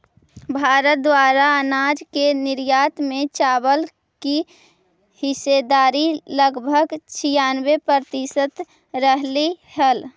भारत द्वारा अनाज के निर्यात में चावल की हिस्सेदारी लगभग छियानवे प्रतिसत रहलइ हल